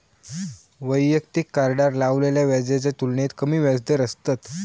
वैयक्तिक कार्डार लावलेल्या व्याजाच्या तुलनेत कमी व्याजदर असतत